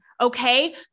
okay